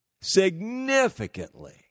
significantly